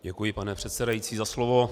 Děkuji, pane předsedající, za slovo.